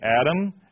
Adam